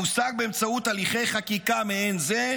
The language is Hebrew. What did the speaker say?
המושג באמצעות הליכי חקיקה מעין זה,